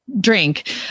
drink